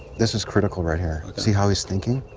this is critical right here. see how he's thinking?